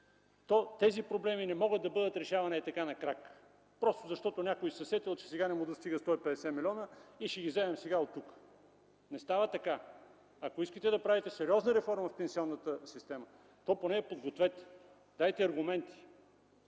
то тези проблеми не могат да бъдат решавани ей така на крак просто защото някой се сетил, че сега не му достигат 150 милиона, и ще ги вземем сега оттук. Не става така! Ако искате да правите сериозна реформа в пенсионната система, то поне я подгответе, дайте аргументи,